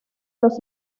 los